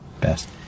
best